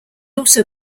also